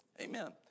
Amen